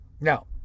Now